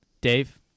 Dave